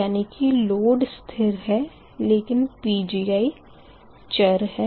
यानी कि लोड स्थिर है लेकिन Pgi चर है